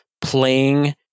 playing